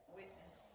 witness